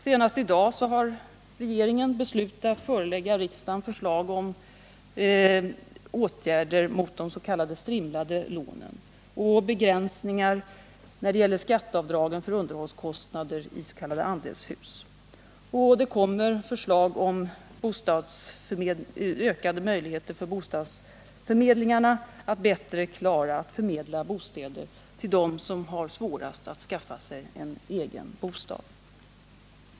Senast i dag har regeringen beslutat förelägga riksdagen förslag om åtgärder mot des.k. strimlade lånen, och begränsningar när det gäller skatteavdragen för underhållskostnader i s.k. andelshus. Vidare kommer förslag om ökade möjligheter för bostadsförmedlingarna att bättre klara att förmedla bostäder till dem som har svårast att skaffa sig en egen bostad.